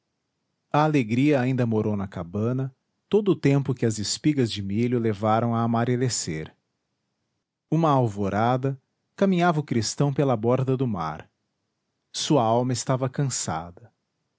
a alegria ainda morou na cabana todo o tempo que as espigas de milho levaram a amarelecer uma alvorada caminhava o cristão pela borda do mar sua alma estava cansada